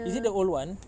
is it the old [one]